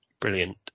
brilliant